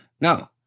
No